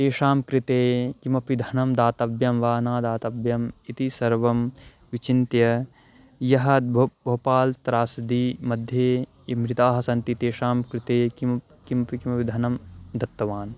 तेषां कृते किमपि धनं दातव्यं वा न दातव्यम् इति सर्वं विचिन्त्य यः बो भोपाल् त्रास्दी मध्ये ये मृताः सन्ति तेषां कृते किं किमपि किमपि धनं दत्तवान्